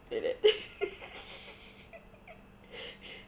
like that